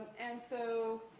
and, so,